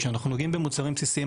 כשאנחנו נוגעים במוצרים בסיסיים,